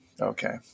Okay